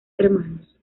hermanos